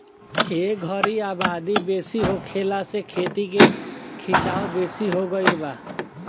ए घरी आबादी बेसी होखला से खेती के खीचाव बेसी हो गई बा